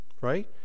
Right